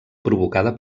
provocada